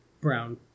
brown